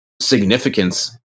significance